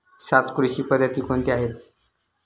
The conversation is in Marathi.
सात कृषी पद्धती कोणत्या आहेत?